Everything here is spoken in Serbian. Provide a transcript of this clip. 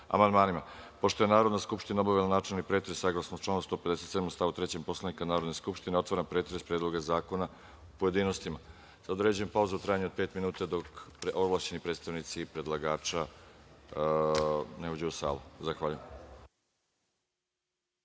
amandmanima. Pošto je Narodna skupština obavila načelni pretres, saglasno članu 157. stav 3. Poslovnika Narodne skupštine, otvaram pretres Predloga zakona u pojedinostima. Određujem pauzu u trajanju od pet minuta, dok ovlašćeni predstavnici predlagača ne uđu u salu. Zahvaljujem.(Posle